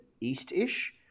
east-ish